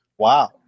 Wow